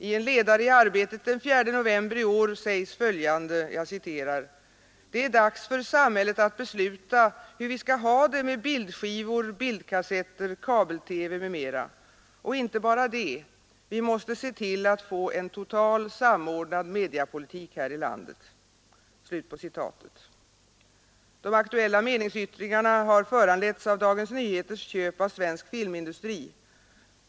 I en ledare i Arbetet den 4 november i år sägs följande: ”Det är dags för samhället att besluta hur vi ska ha det med bildskivor, bildkassetter, kabel-TV m.m. Och inte bara det: Vi måste se till att få en total, samordnad mediapolitik här i landet.” De aktuella meningsyttringarna har föranletts av Dagens Nyheters köp av Svensk filmindustri.